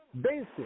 basic